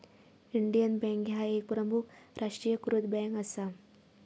Indian Bank ह्या एक प्रमुख राष्ट्रीयीकृत बँक असा